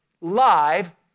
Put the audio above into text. live